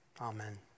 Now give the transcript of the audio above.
Amen